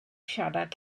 siarad